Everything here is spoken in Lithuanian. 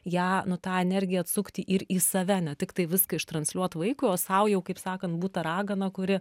ją nu tą energiją atsukti ir į save ne tiktai viską ištransliuot vaikui o sau jau kaip sakant būt ta ragana kuri